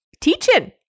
teaching